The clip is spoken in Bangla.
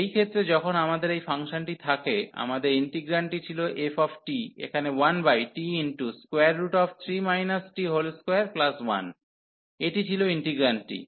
এই ক্ষেত্রে যখন আমাদের এই ফাংশনটি থাকে আমাদের ইন্টিগ্রান্ডটি ছিল f এখানে 1t3 t21 এটি ছিল ইন্টিগ্রান্ডটি